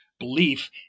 belief